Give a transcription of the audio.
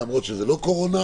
למרות שזה לא קורונה,